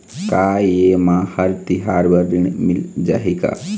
का ये मा हर तिहार बर ऋण मिल जाही का?